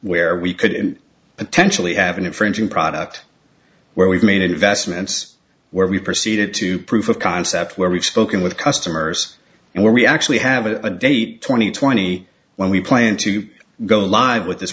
where we could it potentially having infringing product where we've made investments where we proceeded to proof of concept where we've spoken with customers and where we actually have a date twenty twenty when we plan to go live with this